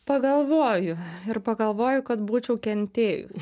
pagalvoju ir pagalvoju kad būčiau kentėjus